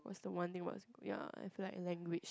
what's the one thing must ya I feel like language